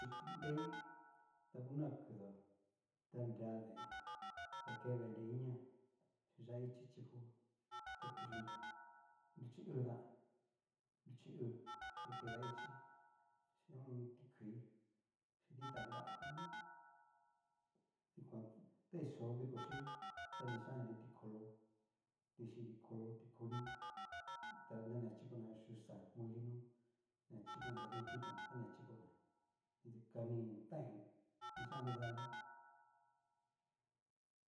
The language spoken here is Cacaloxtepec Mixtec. Nruchi nrei ta konoa kudoa la nre deen inia chin yá'a ichi chiko, kuxinria, ruchi uu tán, ruchi uu ta ke yá'a ichi, chin ti kuii chin dita nra, xiku ta ni yó'o viko xhí ta ni kichan nri ti kolo, ni chí ti kolo ti koní ta ni a chikona yuxa molino, ña chiko ni xakein titón xhikona ni kani taín, ni kixán nidanrí.